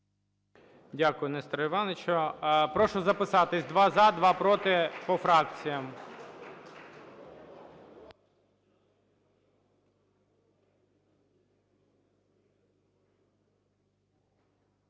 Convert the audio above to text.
Дякую, Несторе Івановичу. Прошу записатись: два – за, два – проти по фракціям.